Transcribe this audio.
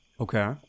Okay